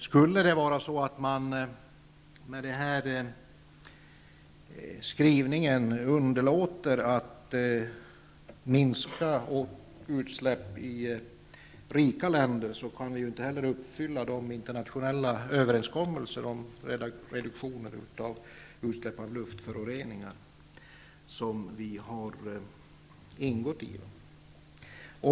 Skulle det vara så att man med den här skrivningen underlåter att minska utsläpp i rika länder kan vi inte heller uppfylla de internationella överenskommelser om reduktioner av utsläpp av luftföroreningar som vi har ingått.